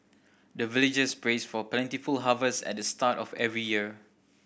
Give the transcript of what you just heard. the villagers pray for plentiful harvest at the start of every year